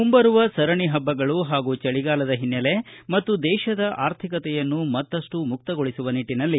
ಮುಂಬರುವ ಸರಣಿ ಪಬ್ಬಗಳು ಹಾಗೂ ಚಳಿಗಾಲದ ಒಿನ್ನೆಲೆ ಮತ್ತು ದೇಶದ ಆರ್ಥಿಕತೆಯನ್ನು ಮತ್ತಷ್ಟು ಮುಕ್ತಗೊಳಿಸುವ ನಿಟ್ಟನಲ್ಲಿ